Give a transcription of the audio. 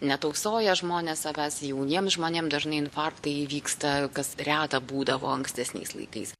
netausoja žmonės savęs jauniem žmonėm dažnai infarktai įvyksta kas reta būdavo ankstesniais laikais